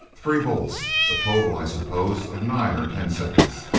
three bolts. a total, i suppose, of nine or ten seconds.